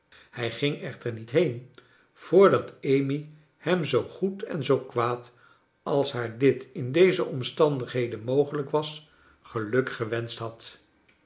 hij ging echter niet heen voordat amy hem zoo goed en zoo kwaad als haar dit in deze omstandigheden mogelijk was gelukgewenscht had